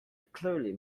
clearly